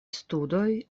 studoj